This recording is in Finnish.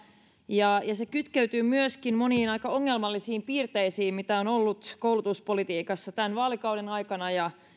ja se kytkeytyy myöskin moniin aika ongelmallisiin piirteisiin mitä on ollut koulutuspolitiikassa tämän vaalikauden aikana ja